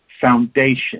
foundation